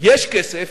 יש כסף,